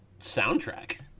soundtrack